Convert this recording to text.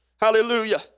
Hallelujah